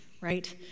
right